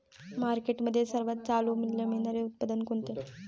मार्केटमध्ये सर्वात चालू मूल्य मिळणारे उत्पादन कोणते?